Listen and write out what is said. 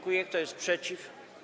Kto jest przeciw?